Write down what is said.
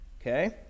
okay